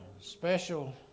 special